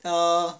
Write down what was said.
err